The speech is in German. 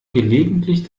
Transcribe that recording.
gelegentlich